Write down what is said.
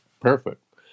Perfect